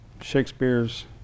Shakespeare's